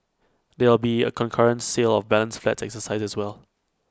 there'll be A concurrent sale of balance flats exercise as well